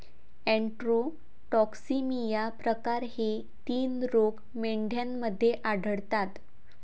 enterotoxaemia प्रकार हे तीन रोग मेंढ्यांमध्ये आढळतात